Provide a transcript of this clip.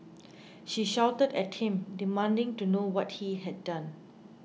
she shouted at him demanding to know what he had done